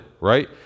right